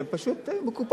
הן פשוט מקופחות.